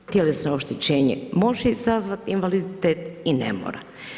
Tjelesno oštećenje može izazvat invaliditet i ne mora.